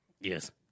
Yes